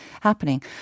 happening